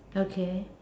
okay